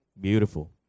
Beautiful